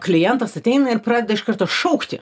klientas ateina ir pradeda iš karto šaukti